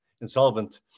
insolvent